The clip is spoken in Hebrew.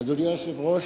אדוני היושב-ראש,